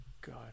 God